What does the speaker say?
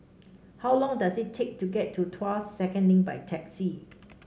how long does it take to get to Tuas Second Link by taxi